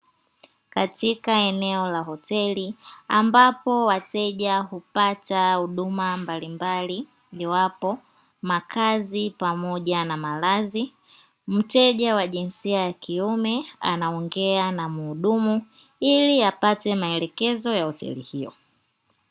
Katika eneo la hoteli ambapo wateja hupata huduma mbalimbali, iwapo makazi pamoja na malazi. Mteja wa jinsia ya kiume anaongea na mhudumu ili apate maelekezo ya hoteli hiyo.